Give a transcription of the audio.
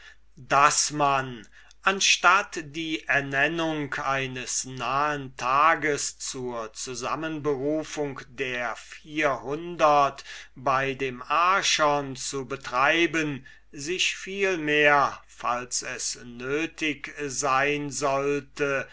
daß man anstatt die ernennung eines nahen tages zur zusammenberufung der vierhundert bei dem archon zu betreiben sich vielmehr falls es nötig sein sollte